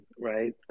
right